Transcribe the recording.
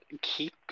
keep